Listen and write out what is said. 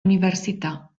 università